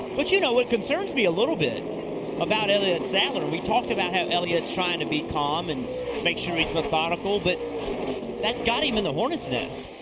but you know what concerns me a little bit about elliott sadler. we talked about how he's trying to be calm, and make sure he's methodical. but that's got him in a hornet's nest.